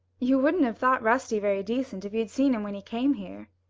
you wouldn't have thought rusty very decent if you'd seen him when he came here,